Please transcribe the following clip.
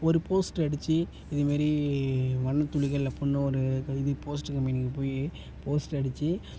ஒரு போஸ்ட்ரு அடிச்சு இதுமாரி வண்ணத்துளிகள் அப்புடின்னு ஒரு இது போஸ்ட்டு கம்பெனிக்கு போய் போஸ்ட்ரு அடிச்சு